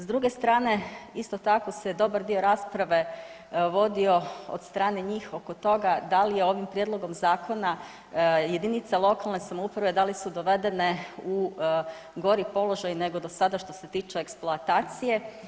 S druge strane, isto tako se dobar dio rasprave vodio od strane njih oko toga da li je ovim prijedlogom zakona jedinica lokalne samouprave, da li su dovedene u gori položaj nego do sada što se tiče eksploatacije.